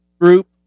group